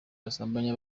basambanya